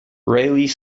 raleigh